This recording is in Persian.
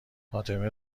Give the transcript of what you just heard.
فاطمه